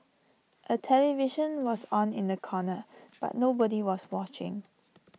A television was on in the corner but nobody was watching